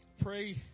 Pray